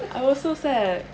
I was so sad